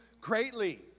greatly